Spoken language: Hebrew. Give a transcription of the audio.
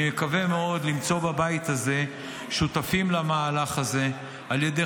אני מקווה מאוד למצוא בבית הזה שותפים למהלך הזה על ידי